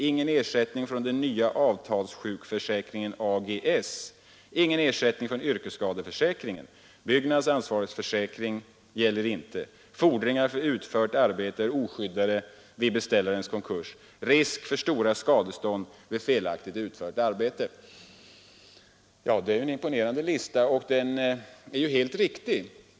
Ingen ersättning från den nya avtalssjukför säkringen AGS. Ingen ersättning från yrkesskadeförsäkringen. Byggnadsansvarsförsäkring gäller inte. Fordringar för utfört arbete är oskyddade vid beställarens konkurs. Risk för stora skadestånd vid felaktigt utfört arbete.” Det är en imponerande lista, och den är helt riktig.